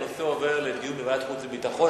הנושא עובר לדיון בוועדת החוץ והביטחון.